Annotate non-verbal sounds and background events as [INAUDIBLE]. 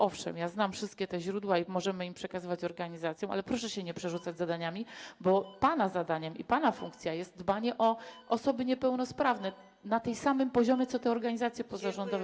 Owszem, znam wszystkie te źródła, możemy przekazywać środki organizacjom, ale proszę się nie przerzucać [NOISE] zadaniami, bo pana zadaniem i pana funkcją jest dbanie o osoby niepełnosprawne na tym samym poziomie co te organizacje pozarządowe.